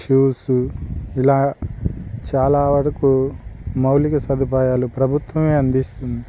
shoes ఇలా చాలా వరకు మౌలిక సదుపాయాలు ప్రభుత్వమే అందిస్తుంది